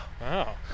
Wow